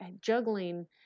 juggling